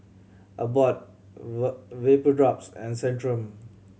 Abbott Vapodrops and Centrum